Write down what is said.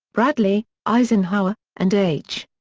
bradley, eisenhower, and h.